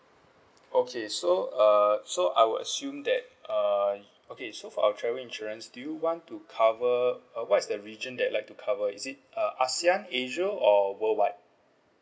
okay so uh so I would assume that uh okay so for our travel insurance do you want to cover uh what is the region that like to cover is it uh ASEAN asia or worldwide